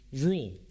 rule